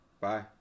Bye